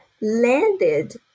landed